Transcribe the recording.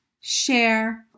share